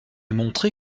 montré